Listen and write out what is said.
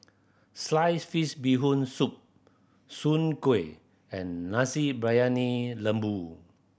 sliced fish Bee Hoon Soup Soon Kueh and Nasi Briyani Lembu